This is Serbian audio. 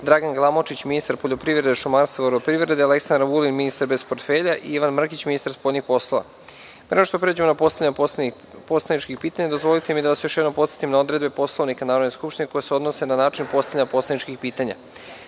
Dragan Glamočić – ministar poljoprivrede, šumarstva i vodoprivrede, Aleksandar Vulin – ministar bez portfelja i Ivan Mrkić – ministar spoljnih poslova. Pre nego što pređemo na postavljanje poslaničkih pitanja, dozvolite mi da vas još jednom podsetim na odredbe Poslovnika Narodne skupštine koje se odnose na način postavljanja poslaničkih pitanja. Narodni